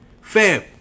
Fam